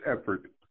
effort